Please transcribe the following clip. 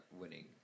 winning